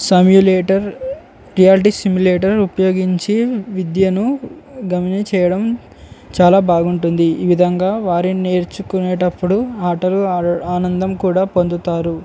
simulator reality simulator ఉపయోగించి విద్యను గమనించడం చాలా బాగుంటుంది ఈ విధంగా వాటిని నేర్చుకునేటప్పుడు ఆటలు ఆనందం కూడా పొందుతారు